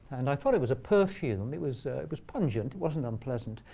and i thought it was a perfume. it was was pungent. it wasn't unpleasant.